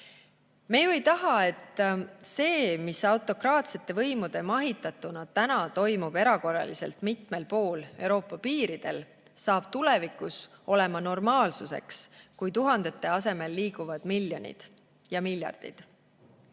Me ju ei taha, et see, mis autokraatsete võimude mahitatuna täna toimub erakorraliselt mitmel pool Euroopa piiridel, saab tulevikus olema normaalsus, kui tuhandete asemel liiguvad miljonid ja miljardid. Puhta